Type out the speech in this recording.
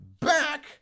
Back